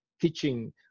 teaching